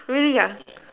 really ah